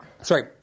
sorry